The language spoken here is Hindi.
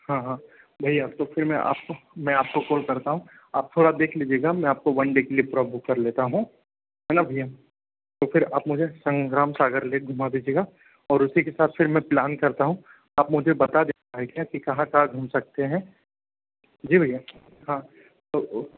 हाँ हाँ भैया तो फिर मैं आपको मैं आपको कॉल करता हूँ आप थोड़ा देख लीजिएगा मैं आपको वन डे के लिए पूरा बुक कर लेता हूँ हैं ना भैया तो फिर आप मुझे संघम सागर लेक घुमा दीजिएगा और उसी के साथ फिर में प्लान करता हूँ आप मुझे बता दें की कहाँ कहाँ घूम सकते हैं जी भैया हाँ तो ओ